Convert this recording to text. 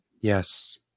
Yes